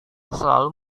selalu